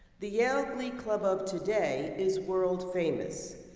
the yale glee club of today is world famous.